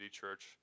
church